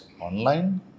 online